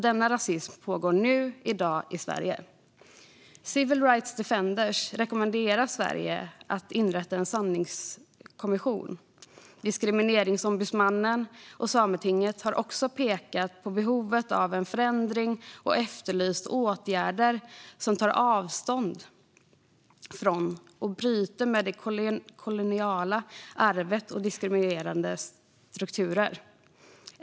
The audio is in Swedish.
Denna rasism pågår nu - i dag, i Sverige. Civil Rights Defenders rekommenderar Sverige att inrätta en sanningskommission. Diskrimineringsombudsmannen och Sametinget har också pekat på behovet av en förändring och efterlyst åtgärder som tar avstånd från och bryter med det koloniala arvet och diskriminerande strukturer.